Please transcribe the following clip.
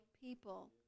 people